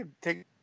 take